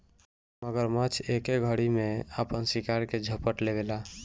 मगरमच्छ एके घरी में आपन शिकार के झपट लेवेला